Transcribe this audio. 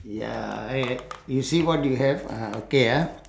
ya I I you see what you have uh okay ah